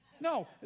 No